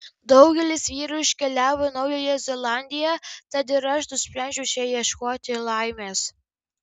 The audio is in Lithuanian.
daugelis vyrų iškeliavo į naująją zelandiją tad ir aš nusprendžiau čia ieškoti laimės